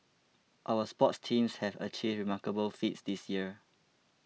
our sports teams have achieved remarkable feats this year